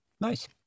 Nice